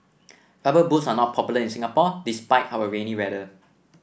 rubber boots are not popular in Singapore despite our rainy weather